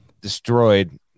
destroyed